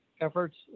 efforts